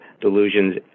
delusions